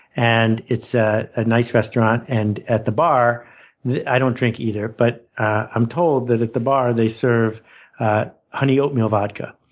and it's ah a nice restaurant. and at the bar i don't drink either but i'm told that at the bar, they serve honey oatmeal vodka.